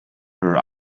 her